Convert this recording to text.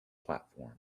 platform